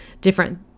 different